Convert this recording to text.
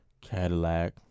Cadillac